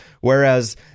whereas